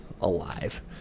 alive